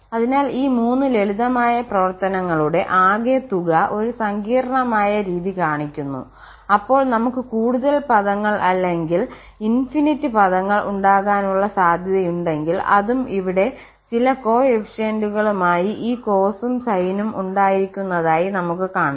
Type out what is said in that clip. അതിനാൽ ഈ മൂന്ന് ലളിതമായ പ്രവർത്തനങ്ങളുടെ ആകെത്തുക ഒരു സങ്കീർണ്ണമായ രീതി കാണിക്കുന്നു അപ്പോൾ നമുക്ക് കൂടുതൽ പദങ്ങൾ അല്ലെങ്കിൽ അനന്തമായ നിരവധി പദങ്ങൾ ഉണ്ടാകാനുള്ള സാധ്യതയുണ്ടെങ്കിൽ അതും ഇവിടെ ചില കോഫിഫിഷ്യന്റുകളുമായി ഈ കോസും സൈനും ഉണ്ടായിരിക്കുന്നതായി നമുക്ക് കാണാം